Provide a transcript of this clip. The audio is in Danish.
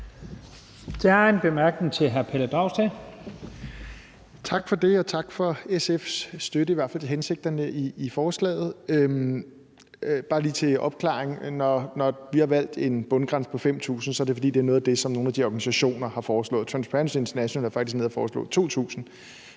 til hr. Pelle Dragsted. Kl. 15:39 Pelle Dragsted (EL): Tak for det, og tak for SF's støtte, i hvert fald til hensigterne i forslaget. Bare lige til opklaring: Når vi har valgt en bundgrænse på 5.000 kr., er det, fordi det er noget af det, som de her organisationer har foreslået. Transparency International er faktisk nede og foreslå 2.000